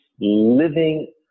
living